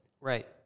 Right